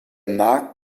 markt